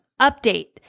update